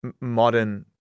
modern